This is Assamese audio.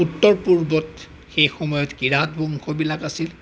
উত্তৰ পূৰ্বত সেই সময়ত কিৰাত বংশবিলাক আছিল